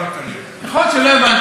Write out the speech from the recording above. יכול להיות שלא הבנתי,